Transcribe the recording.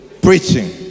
preaching